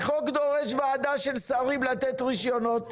החוק דורש וועדה של שרים לתת רישיונות,